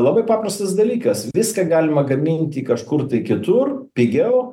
labai paprastas dalykas viską galima gaminti kažkur kitur pigiau